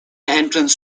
entrance